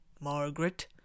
Margaret